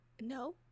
no